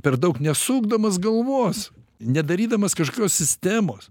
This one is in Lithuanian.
per daug nesukdamas galvos nedarydamas kažkokios sistemos